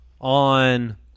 on